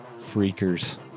freakers